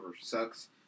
sucks